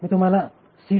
मी तुम्हाला सी